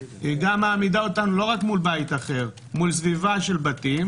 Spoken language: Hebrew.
לא רק מול בית אחר מול סביבה של בתים,